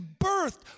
birthed